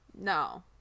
No